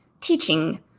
Teaching